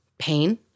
pain